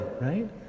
right